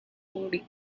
moody